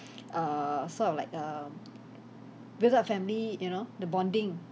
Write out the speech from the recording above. err sort of like err with the family you know the bonding